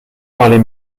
parler